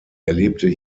erlebte